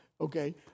okay